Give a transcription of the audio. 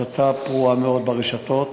הסתה פרועה מאוד ברשתות.